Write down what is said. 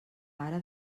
ara